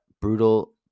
Brutal